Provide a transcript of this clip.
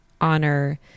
honor